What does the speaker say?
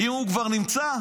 אם הוא כבר נמצא,